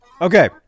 Okay